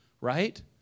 right